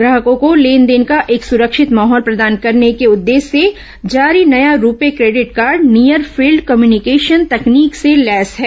ग्राहकों को लेनदेन का एक सुरक्षित माहौल प्रदान करने को उद्देश्य से जारी नया RuPay credit card near field communication तकनीक से लैस हैं